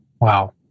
Wow